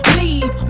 leave